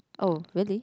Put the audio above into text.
oh really